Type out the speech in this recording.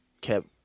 kept